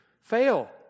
fail